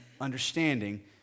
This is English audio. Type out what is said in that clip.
understanding